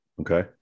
Okay